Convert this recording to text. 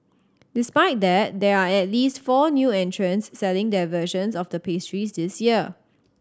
despite that there are at least four new entrants selling their versions of the pastries this year